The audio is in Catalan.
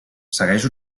segueix